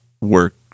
work